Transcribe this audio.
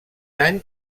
any